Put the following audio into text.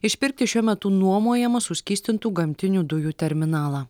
išpirkti šiuo metu nuomojamą suskystintų gamtinių dujų terminalą